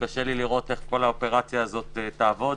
קשה לראות איך האופרציה הזו תעבוד.